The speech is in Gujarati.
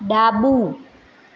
ડાબું